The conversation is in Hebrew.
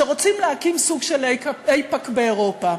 שרוצה להקים סוג של איפא"ק באירופה.